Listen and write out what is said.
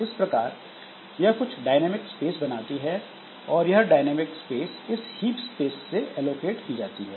इस प्रकार यह कुछ डायनेमिक स्पेस बनाती है और यह डायनेमिक स्पेस इस हीप स्पेस से एलोकेट की जाती है